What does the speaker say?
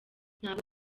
ntabwo